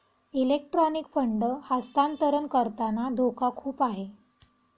electronic fund हस्तांतरण करताना धोका खूप आहे